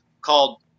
called